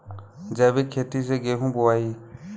जैविक खेती से गेहूँ बोवाई